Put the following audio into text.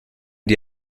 die